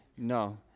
No